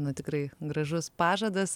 na tikrai gražus pažadas